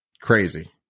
crazy